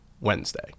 wednesday